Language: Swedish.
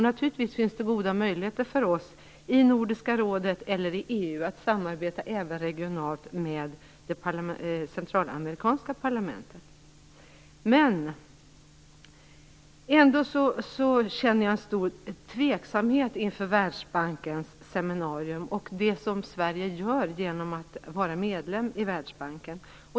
Naturligtvis finns det goda möjligheter för oss att genom Nordiska rådet eller EU samarbeta även regionalt med detta centralamerikanska parlament, men jag känner ändå en stor tveksamhet inför Världsbankens seminarium och det som Sverige gör genom att vara medlem i Världsbanken.